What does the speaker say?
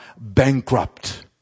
bankrupt